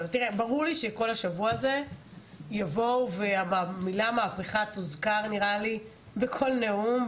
השבוע הזה יבואו והמילה מהפיכה תוזכר נראה לי בכל נאום,